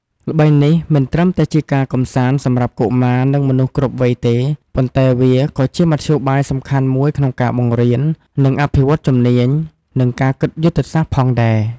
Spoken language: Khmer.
ល្បែងនេះមិនត្រឹមតែជាការកម្សាន្តសម្រាប់កុមារនិងមនុស្សគ្រប់វ័យទេ ប៉ុន្តែវាក៏ជាមធ្យោបាយសំខាន់មួយក្នុងការបង្រៀន និងអភិវឌ្ឍជំនាញ និងគិតយុទ្ធសាស្ត្រផងដែរ។